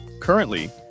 Currently